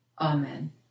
Amen